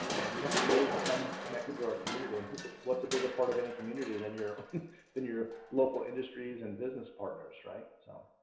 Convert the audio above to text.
and we have to really become connected to our community, and what's a bigger part of any community than your than your local industries and business partners right, so.